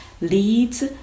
leads